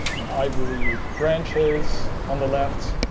and i believe branches on the left,